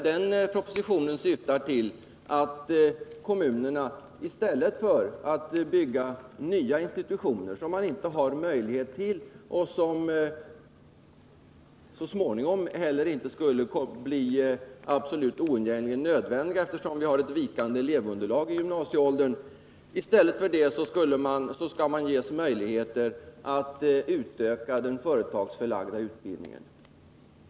Den propositionen syftar till att kommunerna i stället för att bygga nya institutioner som de inte har möjlighet till - och som så småningom heller inte skulle bli oundgängligen nödvändiga, eftersom vi har ett vikande underlag av elever i gymnasieskoleåldern — skulle ges möjligheter att utöka den företagsförlagda utbildningen.